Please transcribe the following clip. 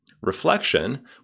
Reflection